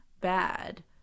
bad